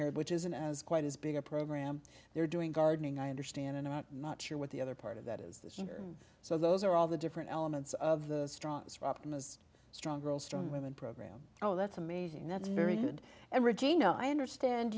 here which isn't as quite as big a program they're doing gardening i understand and i'm not sure what the other part of that is the center so those are all the different elements of the strong optimised strong girls strong women program oh that's amazing that's very good and regina i understand